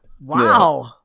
Wow